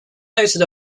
noted